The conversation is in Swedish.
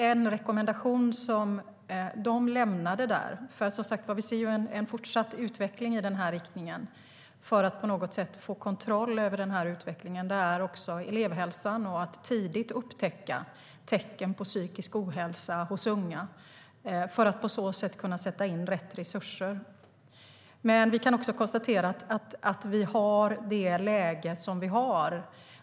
En rekommendation som de lämnade där, eftersom vi som sagt ser en fortsatt utveckling i den här riktningen, för att på något sätt få kontroll över utvecklingen är elevhälsan och att tidigt upptäcka tecken på psykisk ohälsa hos unga för att på så sätt kunna sätta in rätt resurser. Men vi kan också konstatera att vi har det läge vi har.